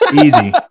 easy